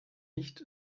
nicht